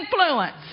influence